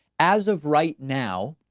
as of right now,